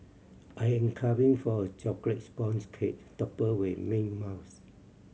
I am craving for a chocolate sponge cake topped with mint mousse